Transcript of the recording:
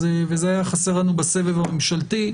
וזה היה חסר לנו בסבב הממשלתי.